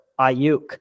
Ayuk